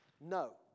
No